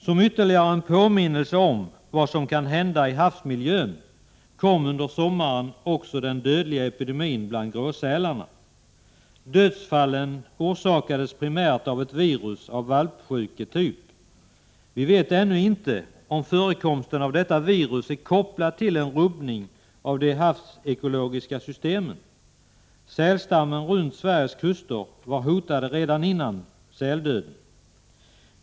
Som ytterligare en påminnelse om vad som kan hända i havsmiljön kom under sommaren också den dödliga epidemin bland gråsälarna. Dödsfallen orsakades primärt av ett virus av valpsjuketyp. Vi vet ännu inte om förekomsten av detta virus är kopplad till en rubbning av de havsekologiska systemen. Sälstammar runt Sveriges kuster var hotade redan före säldöden.